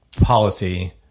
policy